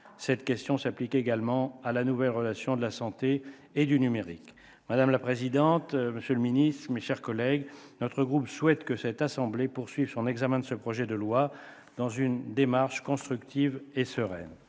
Cette question s'applique également à la nouvelle relation de la santé et du numérique. Madame la présidente, monsieur le secrétaire d'État, mes chers collègues, mon groupe souhaite que la Haute Assemblée poursuive l'examen de ce projet de loi, selon une démarche constructive et sereine.